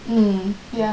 mm ya